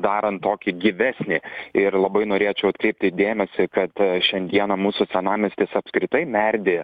darant tokį gyvesnį ir labai norėčiau atkreipti dėmesį kad šiandiena mūsų senamiestis apskritai merdi